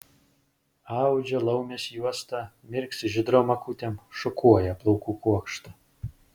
audžia laumės juostą mirksi žydrom akutėm šukuoja plaukų kuokštą